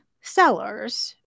sellers